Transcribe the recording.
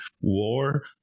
war